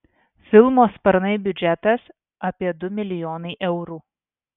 filmo sparnai biudžetas apie du milijonai eurų